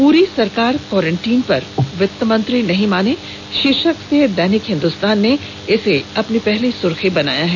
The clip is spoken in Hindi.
पूरी सरकार क्वारेंटाइन पर वित मंत्री नहीं माने शीर्षक से दैनिक हिंदुस्तान ने इसे अपनी पहली सुर्खी बनाया है